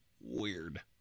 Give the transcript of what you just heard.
Weird